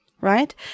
right